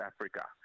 Africa